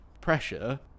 pressure